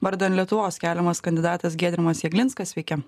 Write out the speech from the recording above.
vardan lietuvos keliamas kandidatas giedrimas jeglinskas sveiki